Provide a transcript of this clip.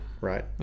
Right